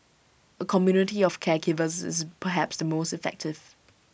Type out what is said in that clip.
A community of caregivers is perhaps the most effective